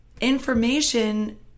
Information